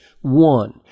One